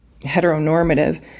heteronormative